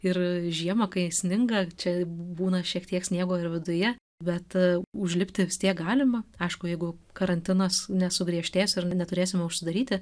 ir žiemą kai sninga čia būna šiek tiek sniego ir viduje bet užlipti vis tiek galima aišku jeigu karantinas nesugriežtės ir neturėsime užsidaryti